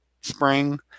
spring